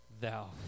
thou